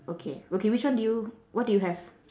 okay okay which one do you what do you have